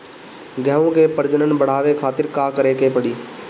गेहूं के प्रजनन बढ़ावे खातिर का करे के पड़ी?